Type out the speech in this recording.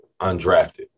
undrafted